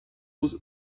was